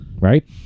right